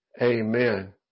Amen